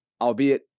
albeit